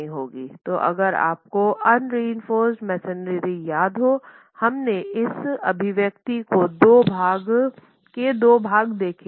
तो अगर आपको अनरेन्फोर्स्ड मेसनरी याद हो हमने इस अभिव्यक्ति के 2 भाग देखे हैं